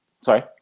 sorry